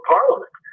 Parliament